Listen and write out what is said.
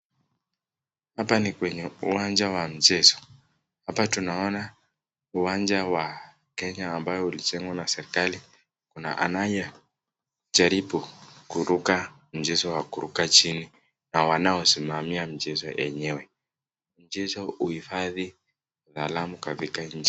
Hapa ni kwenye uwanja wa mchezo, hapa tunaona uwanja wa kenya ambao ulijengwa na serikali, kuna anaye jaribu kuruka mchezo wa kuruka chini na wanaosimamia mchezo yenyewe, mchezo huhifadhi taalamu katika nchi.